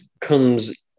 comes